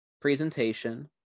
presentation